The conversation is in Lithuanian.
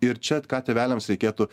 ir čia ką tėveliams reikėtų